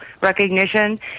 recognition